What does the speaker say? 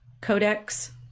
Codex